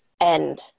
end